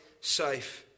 safe